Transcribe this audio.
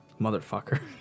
motherfucker